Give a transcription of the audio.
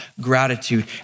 gratitude